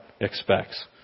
expects